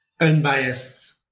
unbiased